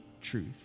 truth